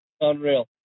Unreal